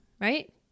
right